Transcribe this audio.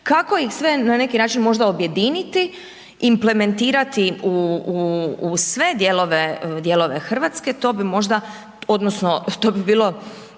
kako ih sve na neki način možda objediniti, implementirati u sve dijelove Hrvatske to bi možda, odnosno to bi bilo